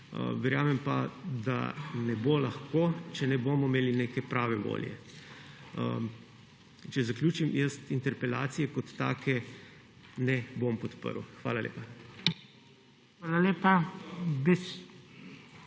Verjamem pa, da ne bo lahko, če ne bomo imeli neke prave volje. Naj zaključim. Jaz interpelacije kot take ne bom podprl. Hvala lepa.